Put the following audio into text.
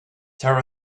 tear